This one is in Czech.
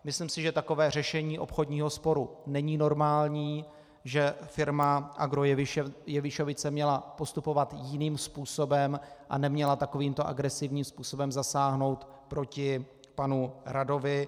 Myslím si, že takové řešení obchodního sporu není normální, že firma Agro Jevišovice měla postupovat jiným způsobem a neměla takovýmto agresivním způsobem zasáhnout proti panu Radovi.